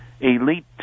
elite